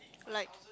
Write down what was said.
like